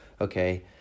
okay